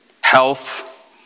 health